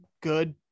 good